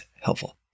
helpful